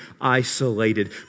isolated